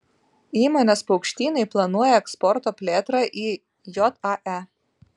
įmonės paukštynai planuoja eksporto plėtrą į jae